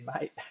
mate